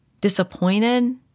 disappointed